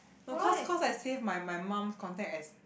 no cause cause I save my my mum contact as